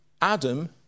Adam